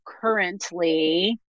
currently